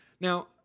Now